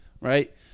Right